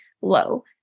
low